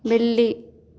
बिल्ली